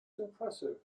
impressive